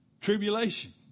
tribulation